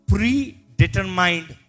Predetermined